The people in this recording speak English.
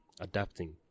adapting